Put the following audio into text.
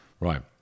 Right